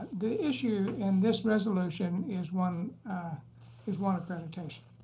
the issue in this resolution is one is one accreditation.